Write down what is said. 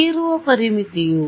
ಹೀರುವ ಪರಿಮಿತಿಯು